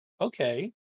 Okay